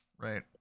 Right